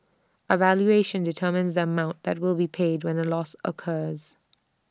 A valuation determines that mount that will be paid when A loss occurs